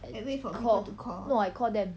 and call no I call them